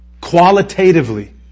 qualitatively